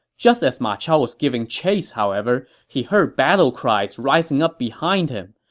just as ma chao was giving chase, however, he heard battle cries rising up behind him.